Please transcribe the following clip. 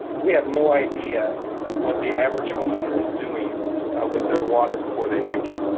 we have no idea what the average homeowner is doing with their water before they drink it.